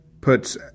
puts